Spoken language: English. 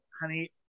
Honey